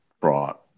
brought